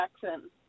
Jackson